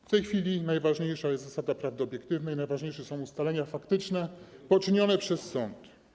W tej chwili najważniejsza jest zasada prawdy obiektywnej, najważniejsze są ustalenia faktyczne poczynione przez sąd.